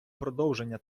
продовження